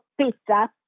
pizza